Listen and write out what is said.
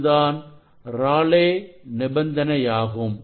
இதுதான் ராலே நிபந்தனையாகும்